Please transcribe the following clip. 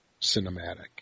cinematic